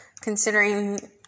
considering